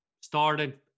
started